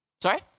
Sorry